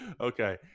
okay